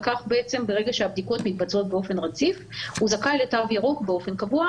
וכך ברגע שהבדיקות מתבצעות באופן רציף הוא זכאי לתו ירוק באופן קבוע.